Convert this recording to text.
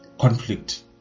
conflict